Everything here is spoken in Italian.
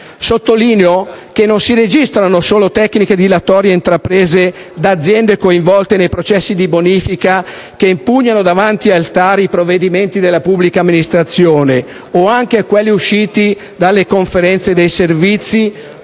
Sottolineo che non si registrano solo tecniche dilatorie intraprese da aziende coinvolte nei processi di bonifica che impugnano davanti al TAR i provvedimenti della pubblica amministrazione o anche quelli usciti dalle Conferenze dei servizi, con